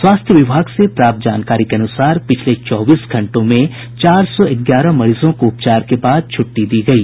स्वास्थ्य विभाग से प्राप्त जानकारी के अनुसार पिछले चौबीस घंटों में चार सौ ग्यारह मरीजों को उपचार के बाद छुट्टी दी गयी